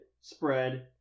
spread